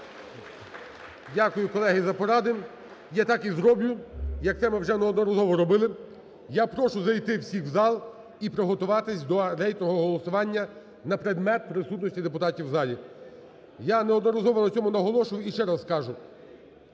Дякую, колеги, за поради. Я так і зроблю, як це ми вже неодноразово робили. Я прошу зайти всіх в зал і приготуватись до рейтингового голосування на предмет присутності депутатів в залі. Я неодноразово на цьому наголошував і ще раз скажу,